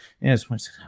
Yes